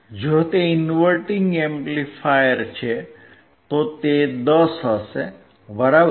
જો તે inverting amplifier છે તો તે 10 હશે બરાબર